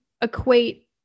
equate